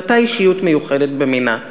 ואתה אישיות מיוחדת במינה.